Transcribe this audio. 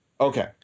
Okay